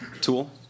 tool